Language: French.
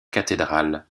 cathédrales